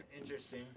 interesting